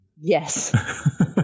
Yes